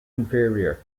inferior